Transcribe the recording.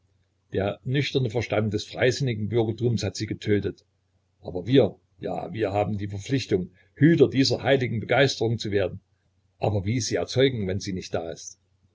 der nüchterne verstand des freisinnigen bürgertums hat sie getötet aber wir ja wir haben die verpflichtung hüter dieser heiligen begeisterung zu werden aber wie sie erzeugen wenn sie nicht da ist